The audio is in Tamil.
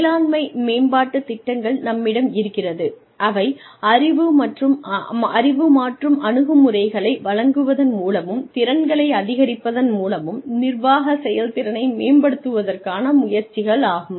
மேலாண்மை மேம்பாட்டு திட்டங்கள் நம்மிடம் இருக்கிறது அவை அறிவு மற்றும் அணுகுமுறைகள் வழங்குவதன் மூலமும் திறன்களை அதிகரிப்பதன் மூலம் நிர்வாக செயல்திறனை மேம்படுத்துவதற்கான முயற்சிகள் ஆகும்